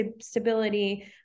stability